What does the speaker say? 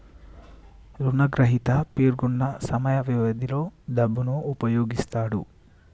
రుణగ్రహీత పేర్కొన్న సమయ వ్యవధిలో డబ్బును ఉపయోగిస్తాడు